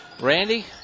Randy